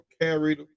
carried